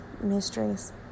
mysteries